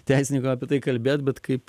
teisininkui apie tai kalbėt bet kaip